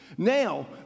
Now